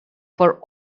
for